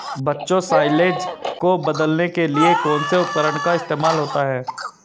बच्चों साइलेज को बदलने के लिए कौन से उपकरण का इस्तेमाल होता है?